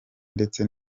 ndetse